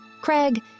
Craig